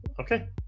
Okay